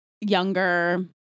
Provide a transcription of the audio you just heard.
younger